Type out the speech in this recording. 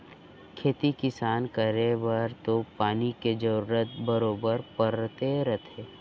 खेती किसान करे बर तो पानी के जरूरत बरोबर परते रथे